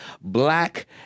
black